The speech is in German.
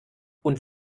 und